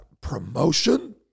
Promotion